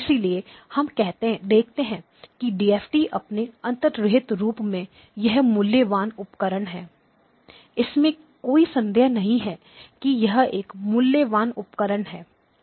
इसलिए हम देखते हैं कि डीएफटी अपने अंतर्निहित रूप में यह मूल्यवान उपकरण है इसमें कोई संदेह नहीं है कि यह एक मूल्यवान उपकरण है